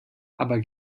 aber